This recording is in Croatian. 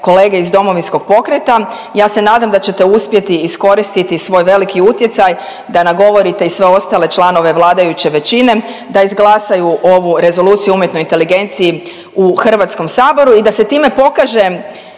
kolege iz Domovinskog pokreta. Ja se nadam da ćete uspjeti iskoristiti svoj veliki utjecaj da nagovorite i sve ostale članove vladajuće većine da izglasaju ovu Rezoluciju o umjetnoj inteligenciji u Hrvatskom saboru i da se time pokaže